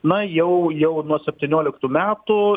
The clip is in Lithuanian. na jau jau nuo septynioliktų metų